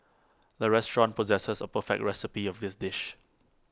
the restaurant possesses A perfect recipe of this dish